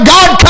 God